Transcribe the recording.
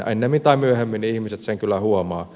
ennemmin tai myöhemmin ihmiset sen kyllä huomaavat